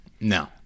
no